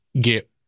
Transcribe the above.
get